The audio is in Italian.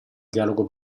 dialogo